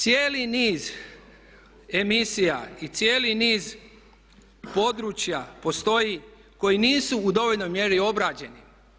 Cijeli niz emisija i cijeli niz područja postoji koji nisu u dovoljnoj mjeri obrađeni.